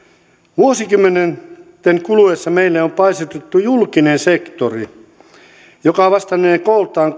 vuosikymmenten kuluessa meille on paisutettu julkinen sektori joka vastannee kooltaan